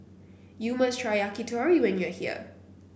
you must try yakitori when you are here